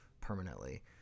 permanently